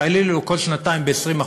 יעלה לו כל שנתיים ב-20%.